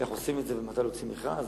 איך עושים את זה ומתי להוציא מכרז.